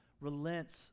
relents